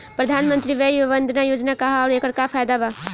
प्रधानमंत्री वय वन्दना योजना का ह आउर एकर का फायदा बा?